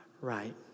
right